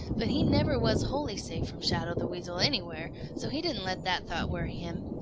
but he never was wholly safe from shadow the weasel anywhere, so he didn't let that thought worry him.